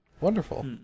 Wonderful